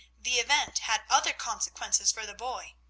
the event had other consequences for the boy.